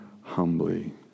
humbly